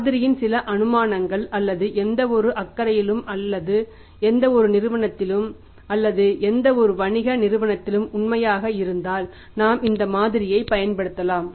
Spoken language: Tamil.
மாதிரியின் சில அனுமானங்கள் அல்லது எந்தவொரு அக்கறையிலும் அல்லது எந்தவொரு நிறுவனத்திலும் அல்லது எந்தவொரு வணிக நிறுவனத்திலும் உண்மையாக இருந்தால் நாம் மாதிரியைப் பயன்படுத்தலாம்